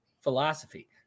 philosophy